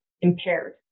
impaired